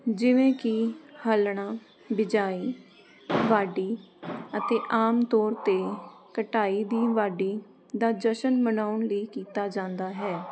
ਜਿਵੇਂ ਕਿ ਹੱਲਣਾ ਬਿਜਾਈ ਵਾਢੀ ਅਤੇ ਆਮ ਤੌਰ 'ਤੇ ਕਟਾਈ ਦੀ ਵਾਢੀ ਦਾ ਜਸ਼ਨ ਮਨਾਉਣ ਲਈ ਕੀਤਾ ਜਾਂਦਾ ਹੈ